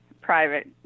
private